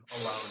alone